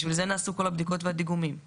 בשביל זה נעשו כל הבדיקות והדיגומים.